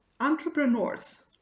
entrepreneurs